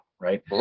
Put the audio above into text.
right